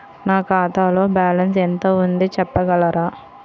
నా ఖాతాలో బ్యాలన్స్ ఎంత ఉంది చెప్పగలరా?